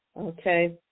Okay